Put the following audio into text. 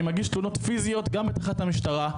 אני מגיש תלונות פיזיות גם בתחנת המשטרה,